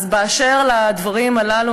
באשר לדברים הללו,